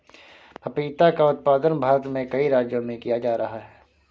पपीता का उत्पादन भारत में कई राज्यों में किया जा रहा है